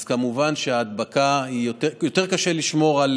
אז כמובן שיותר קשה לשמור על